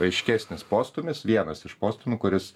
aiškesnis postūmis vienas iš postūmių kuris